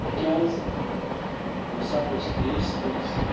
تِکیٛازِ ییٚمہِ ساتہٕ أسۍ نٔیِس کٲنٛسہِ